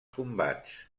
combats